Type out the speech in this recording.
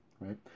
right